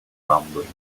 rumbling